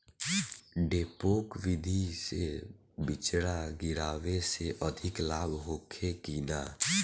डेपोक विधि से बिचड़ा गिरावे से अधिक लाभ होखे की न?